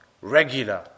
regular